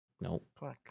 Nope